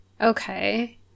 Okay